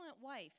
wife